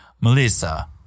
Melissa